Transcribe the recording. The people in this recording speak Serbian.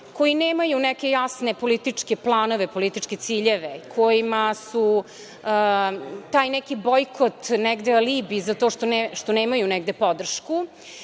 koji nemaju neke jasne političke planove, političke ciljeve, kojima su taj neki bojkot negde alibi za to što nemaju negde podršku,